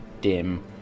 dim